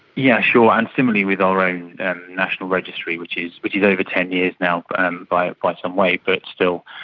yeah sure, and similarly with our own national registry which is which is over ten years now and by but some way but still